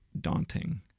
daunting